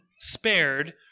spared